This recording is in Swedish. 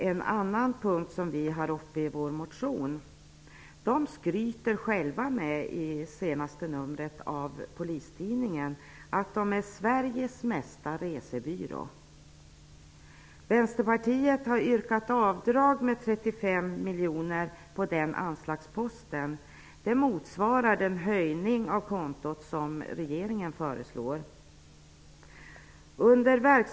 En annan punkt som vi tar upp i vår motion är kriminalvårdens transporttjänst. I senaste numret av Polistidningen skryter transporttjänstemännen själva med att de utgör Sveriges mesta resebyrå. Vänsterpartiet har yrkat avdrag med 35 miljoner på den anslagsposten, vilket motsvarar den höjning som regeringen föreslår.